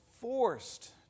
forced